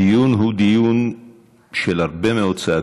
הדיון הוא דיון של הרבה מאוד צעקות.